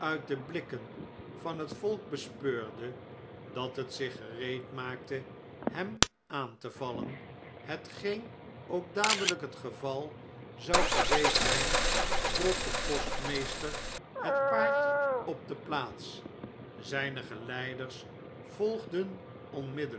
de blikken van het volk bespeurde dat het zich gereedmaakte hem aan te vallen hetgeen ook dadelijk het geval zou geweest zjjn trok de postmeester het paard op de plaats zgne geleiders volgden